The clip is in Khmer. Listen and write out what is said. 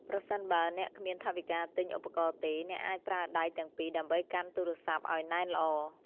ប្រសិនបើអ្នកគ្មានថវិកាទិញឧបករណ៍ទេ អ្នកអាចប្រើដៃទាំងពីរដើម្បីកាន់ទូរស័ព្ទឱ្យណែនល្អ។